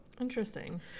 Interesting